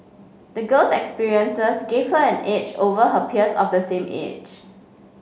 the girl's experiences gave her an edge over her peers of the same age